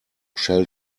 shall